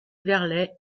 verlet